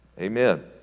Amen